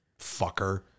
fucker